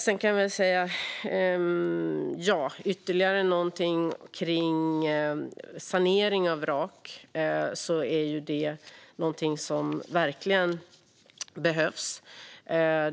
För att säga ytterligare någonting kring sanering av vrak är det någonting som verkligen behövs.